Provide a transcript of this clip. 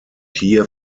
hier